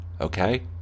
okay